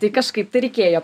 tai kažkaip tai reikėjo